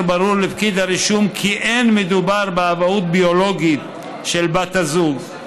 ברור לפקיד הרישום כי לא מדובר באבהות ביולוגית של בת הזוג,